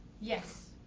yes